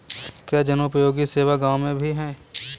क्या जनोपयोगी सेवा गाँव में भी है?